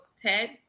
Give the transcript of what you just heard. Ted